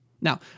Now